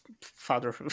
father